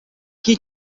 que